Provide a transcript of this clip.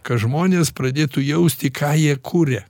kad žmonės pradėtų jausti ką jie kuria